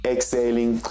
Exhaling